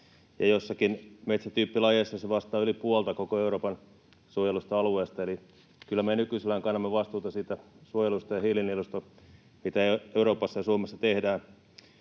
Joissakin metsätyyppilajeissa se vastaa yli puolta koko Euroopan suojellusta alueesta, eli kyllä me nykyisellään kannamme vastuuta siitä suojelusta ja hiilinieluista, mitä Euroopassa ja Suomessa tehdään.